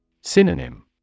Synonym